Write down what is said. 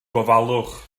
gofalwch